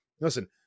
Listen